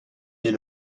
est